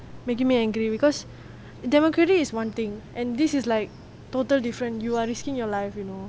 making me angry because democratic is one thing and this is like total different you are risking your life you know